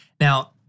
Now